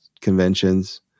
conventions